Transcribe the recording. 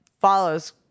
follows